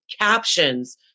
captions